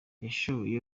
yashoboye